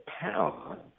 power